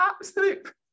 absolute